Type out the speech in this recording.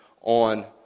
on